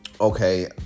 okay